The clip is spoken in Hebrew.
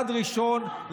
צעד ראשון,